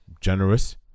generous